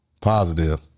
Positive